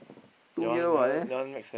two year [what]